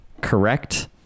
correct